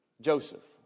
Joseph